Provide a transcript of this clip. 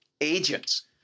agents